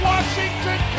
Washington